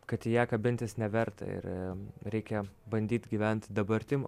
kad į ją kabintis neverta ir reikia bandyt gyvent dabartim